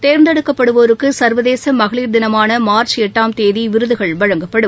தேர்ந்தெடுக்கப்படுவோருக்குசர்வதேசமகளிர் தினமானமார்ச் எட்டாம் தேதிவிருதுகள் வழங்கப்படும்